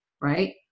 Right